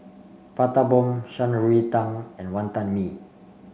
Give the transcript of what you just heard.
Prata Bomb Shan Rui Tang and Wantan Mee